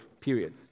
period